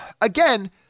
again